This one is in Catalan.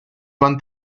van